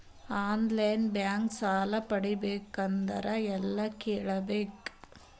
On line bank ಸಾಲ ಪಡಿಬೇಕಂದರ ಎಲ್ಲ ಕೇಳಬೇಕು?